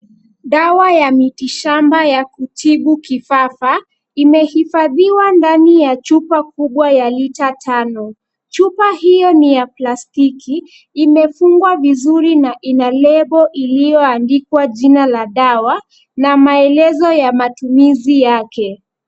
Dawa ya miti shamba ya kutibu kifafa imehifadhiwa ndani ya chupa kubwa ya lita tano. Chupa hiyo ni ya plastiki imefungwa vizuri na ina lebo iliyoandikwa jina la dawa na maelezo ya matumizi yake.